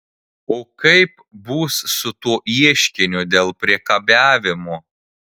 o kaip bus su tuo ieškiniu dėl priekabiavimo